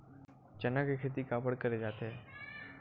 चना के खेती काबर करे जाथे?